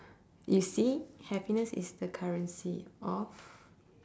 you see happiness is the currency of